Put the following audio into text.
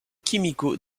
kimiko